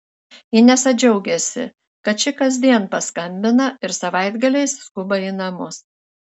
inesa džiaugiasi kad ši kasdien paskambina ir savaitgaliais skuba į namus